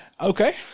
Okay